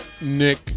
Nick